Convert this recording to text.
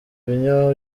robinho